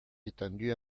étendu